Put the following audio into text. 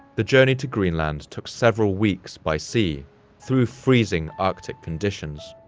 the journey to greenland took several weeks by sea through freezing arctic conditions.